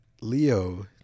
Leo